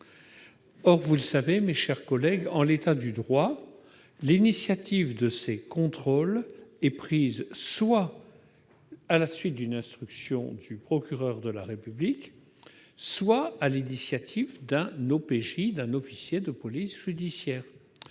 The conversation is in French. vous le savez, mes chers collègues, en l'état du droit, l'initiative en la matière est prise soit à la suite d'une instruction du procureur de la République, soit sur l'initiative d'un officier de police judiciaire,